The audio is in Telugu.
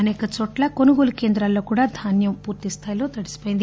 అనేక చోట్ల కొనుగోలు కేంద్రాల్లోని ధాన్యం పూర్తిస్థాయిలో తడిసిపోయింది